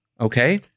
okay